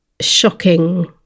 shocking